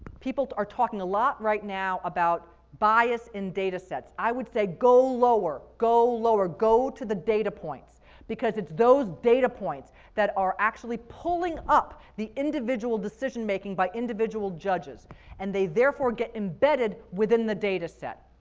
people are talking a lot right now about bias in data sets. i would say go lower, go lower, go to the data points because it's those data points that are actually pulling up the individual decision making by individual judges and they therefore get embedded within the data set.